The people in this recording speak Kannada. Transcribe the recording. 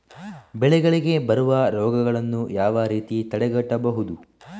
ಬೆಳೆಗಳಿಗೆ ಬರುವ ರೋಗಗಳನ್ನು ಯಾವ ರೀತಿಯಲ್ಲಿ ತಡೆಗಟ್ಟಬಹುದು?